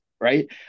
right